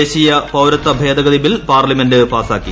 ദേശീയ പൌരത്വ ഭേദഗതി ബിൽ പാർലമെന്റ് പാസ്സാക്കി